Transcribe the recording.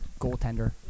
goaltender